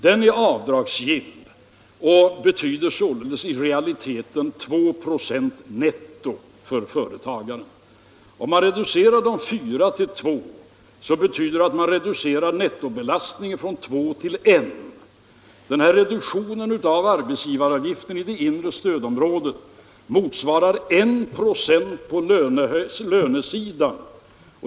Den är avdragsgill och betyder således i realiteten 2 96 netto för företagaren. Om man reducerar dessa 4 96 till 2, så betyder det att man reducerar nettobelastningen från 2 till 1. Denna reduktion av arbetsgivaravgiften i det inre stödområdet motsvarar 1 96 på lönesidan.